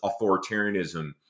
authoritarianism